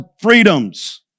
freedoms